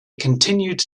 continued